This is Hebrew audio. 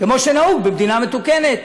כמו שנהוג במדינה מתוקנת: